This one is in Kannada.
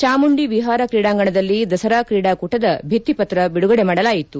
ಚಾಮುಂಡಿ ವಿಹಾರ ಕ್ರೀಡಾಂಗಣದಲ್ಲಿ ದಸರಾ ಕ್ರೀಡಾಕೂಟದ ಬಿತ್ತಿಪತ್ರ ಬಿಡುಗಡೆ ಮಾಡಲಾಯಿತು